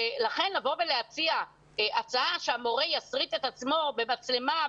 לכן לבוא ולהציע הצעה שהמורה יסריט את עצמו במצלמה,